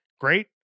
Great